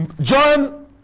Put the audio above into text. John